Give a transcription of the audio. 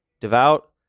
Devout